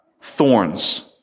thorns